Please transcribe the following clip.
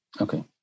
Okay